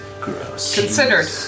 Considered